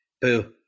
Boo